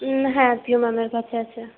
হ্যাঁ পিউ ম্যামের কাছে আছে